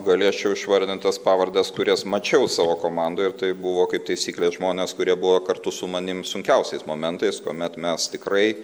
galėčiau išvardint tas pavardes kurias mačiau savo komandoj ir tai buvo kaip taisyklė žmonės kurie buvo kartu su manim sunkiausiais momentais kuomet mes tikrai